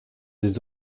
des